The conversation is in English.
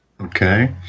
Okay